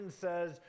says